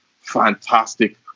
fantastic